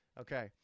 Okay